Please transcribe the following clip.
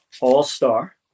all-star